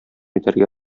итәргә